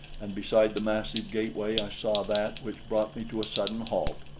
and beside the massive gateway i saw that which brought me to a sudden halt.